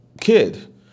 kid